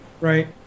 right